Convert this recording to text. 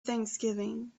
thanksgiving